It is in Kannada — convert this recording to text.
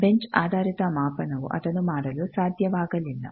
ಬೆಂಚ್ ಆಧಾರಿತ ಮಾಪನವು ಅದನ್ನು ಮಾಡಲು ಸಾಧ್ಯವಾಗಲಿಲ್ಲ